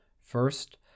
First